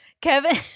Kevin